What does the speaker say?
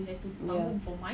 ya